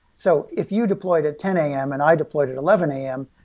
so if you deployed at ten a m. and i deployed at eleven a m,